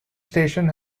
station